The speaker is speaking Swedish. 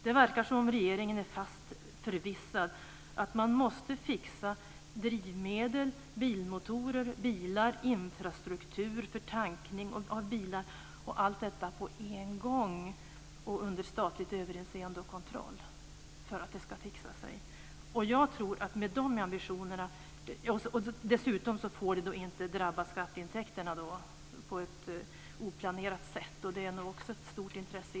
Det verkar som om regeringen är fast förvissad att man måste fixa drivmedel, bilmotorer, bilar, infrastruktur för tankning av bilar osv. på en gång under statligt överinseende och kontroll. Dessutom får det inte drabba skatteintäkterna på ett oplanerat sätt. Det är också ett stort intresse.